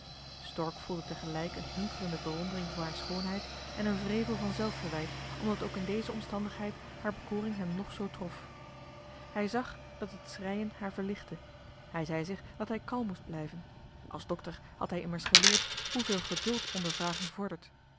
stork voelde tegelijk een hunkerende bewondering voor hare schoonheid en een wrevel van zelfverwijt omdat ook in deze omstandigheid haar bekoring johan de meester de zonde in het deftige dorp hem nog zoo trof hij zag dat het schreien haar verlichtte hij zei zich dat hij kalm moest blijven als dokter had hij immers geleerd hoeveel geduld ondervragen vordert